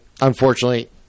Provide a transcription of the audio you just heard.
unfortunately